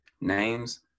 names